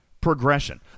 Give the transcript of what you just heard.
progression